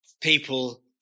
people